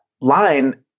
line